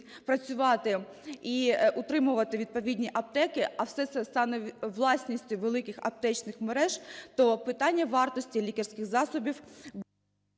працювати і утримувати відповідні аптеки, а все це стане власністю великих аптечних мереж, то питання вартості лікарських засобів…